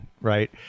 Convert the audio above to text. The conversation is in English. right